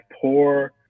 poor